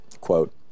quote